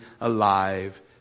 alive